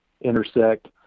intersect